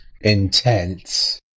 intense